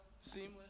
Seamless